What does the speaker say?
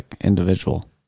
individual